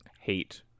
hate